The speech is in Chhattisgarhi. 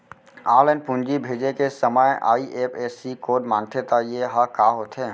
ऑनलाइन पूंजी भेजे के समय आई.एफ.एस.सी कोड माँगथे त ये ह का होथे?